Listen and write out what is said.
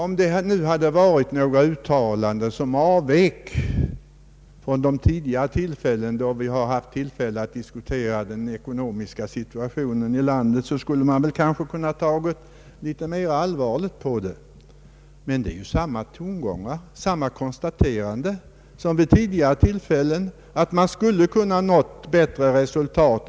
Om dessa och liknande uttalanden på något sätt avvikit från vad vi redan tidigare många gånger fått höra då vi diskuterat den ekonomiska situationen hade det kanske funnits anledning att ta dem litet mer på allvar. Men det är ju precis samma tongångar, samma konstateranden som oppositionen kommit med så många gånger förr.